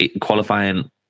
qualifying